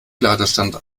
ladestand